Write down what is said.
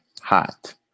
hot